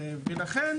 ולכן,